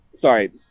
Sorry